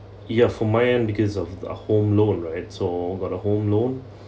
ya for my end because of the home loan right so but the home loan